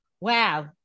Wow